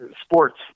sports